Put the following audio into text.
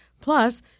Plus